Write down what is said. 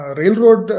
railroad